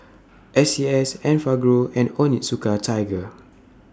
S C S Enfagrow and Onitsuka Tiger